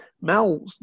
Mal